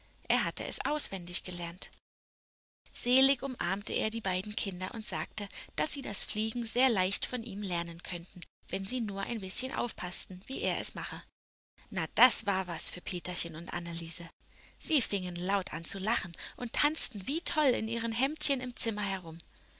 er hatte es auswendig gelernt selig umarmte er die beiden kinder und sagte daß sie das fliegen sehr leicht von ihm lernen könnten wenn sie nur ein bißchen aufpaßten wie er es mache na das war was für peterchen und anneliese sie fingen laut an zu lachen und tanzten wie toll in ihren hemdchen im zimmer herum